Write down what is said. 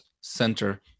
center